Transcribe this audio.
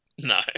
No